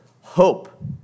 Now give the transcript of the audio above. hope